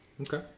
Okay